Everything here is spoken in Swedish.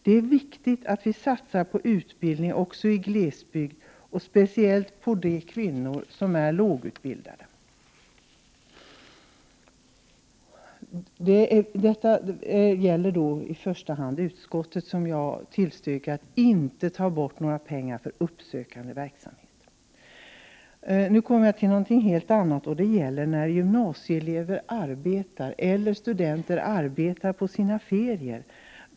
Det är viktigt att vi satsar på utbildning också i glesbygd, speciellt på utbildning av de kvinnor som är lågutbildade. Jag tillstyrker utskottets förslag att inte ta bort stödet till uppsökande verksamhet. Sedan går jag över till att något beröra gymnasieelevers och studenters feriearbete.